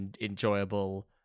enjoyable